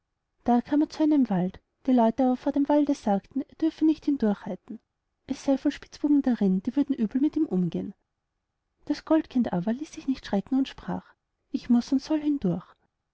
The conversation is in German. da kam er zu einen wald die leute aber vor dem walde sagten ihm er dürfe nicht hindurchreiten es sey voll spitzbuben darin die würden übel mit ihm umgehen das goldkind aber ließ sich nicht schrecken und sprach ich muß und soll hindurch